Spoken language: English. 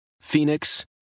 Phoenix